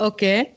Okay